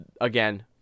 Again